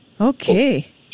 Okay